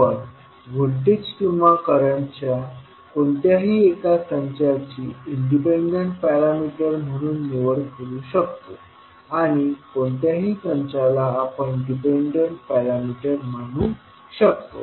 आपण व्होल्टेज किंवा करंटच्या कोणत्याही एका संचाची इंडिपेंडेंट पॅरामीटर म्हणून निवड करू शकतो आणि कोणत्याही संचाला आपण डिपेंडंट पॅरामीटर मानू शकतो